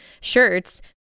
shirts